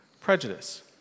prejudice